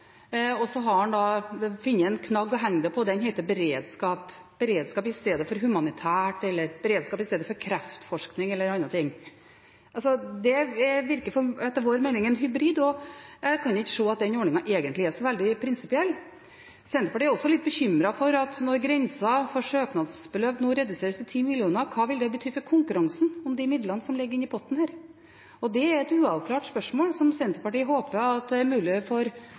og den heter beredskap – beredskap i stedet for humanitært eller beredskap i stedet for kreftforskning eller andre ting. Det virker etter vår mening å være en hybrid, og jeg kan ikke se at den ordningen egentlig er så veldig prinsipiell. Senterpartiet er også litt bekymret for at når grensen for søknadsbeløp nå reduseres til 10 mill. kr: Hva vil det bety for konkurransen om de midlene som ligger i potten? Det er et uavklart spørsmål som Senterpartiet håper at det er mulig for